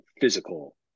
physical